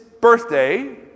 birthday